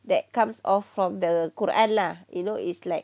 that comes off from the quran lah you know it's like